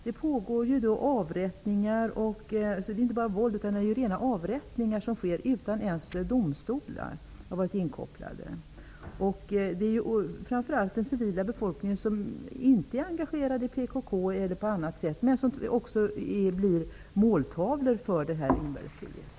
Det är inte bara fråga om våld, utan rena avrättningar sker utan att domstolar har varit inkopplade. Framför allt den civila befolkningen, som inte är engagerad i PKK eller på annat sätt, blir en måltavla för detta inbördeskrig.